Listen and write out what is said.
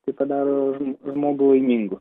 tai padaro žmogų laimingu